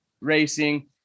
racing